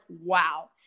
wow